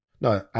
No